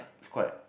it's quite